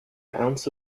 ounce